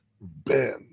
Ben